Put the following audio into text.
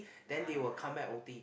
then they will come back o_t